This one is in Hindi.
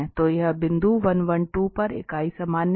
तो यह बिंदु 112 पर इकाई सामान्य है